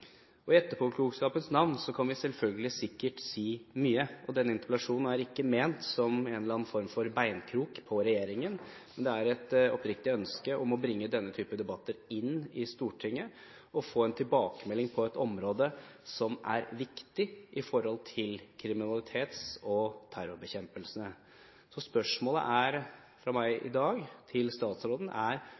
kan vi selvfølgelig sikkert si mye. Denne interpellasjonen er ikke ment som en eller annen form for beinkrok på regjeringen, men er et oppriktig ønske om å bringe denne type debatter inn i Stortinget og få en tilbakemelding på et område som er viktig når det gjelder kriminalitets- og terrorbekjempelse. Spørsmålet i dag fra meg til statsråden er: